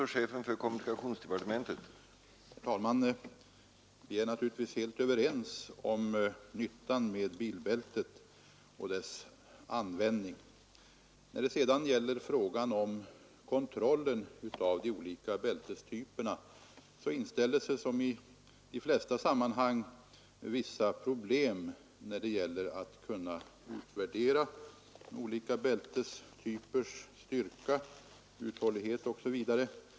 Herr talman! Vi är naturligtvis helt överens om nyttan med bilbältet och om dess användning. Men i fråga om kontrollen av bilbältena inställer sig vissa problem att utvärdera olika bältestypers styrka, uthållighet osv.